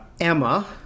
Emma